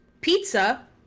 Pizza